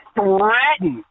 threaten